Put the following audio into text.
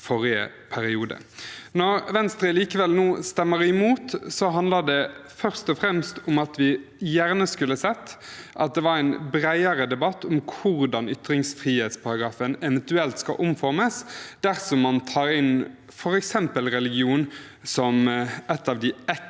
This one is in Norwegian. Når Venstre likevel nå stemmer imot, handler det først og fremst om at vi gjerne skulle sett at det var en bredere debatt om hvordan ytringsfrihetsparagrafen eventuelt skal omformes dersom man tar inn f.eks. «religion» som en av de